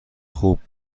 خوب